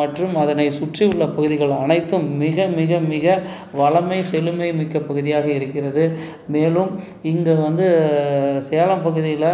மற்றும் அதனை சுற்றி உள்ள பகுதிகள் அனைத்தும் மிக மிக மிக வளமை செழுமை மிக்கப்பகுதியாக இருக்கிறது மேலும் இங்கே வந்து சேலம் பகுதியில்